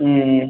ம் ம்